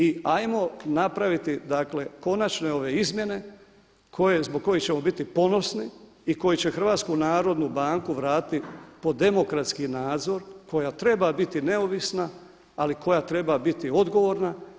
I ajmo napraviti konačne ove izmjene zbog kojih ćemo biti ponosni i koji će HNB vratiti pod demokratski nadzor koja treba biti neovisna, ali koja treba biti odgovorna.